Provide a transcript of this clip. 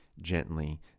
gently